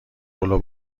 پلو